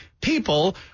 people